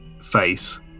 face